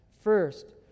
First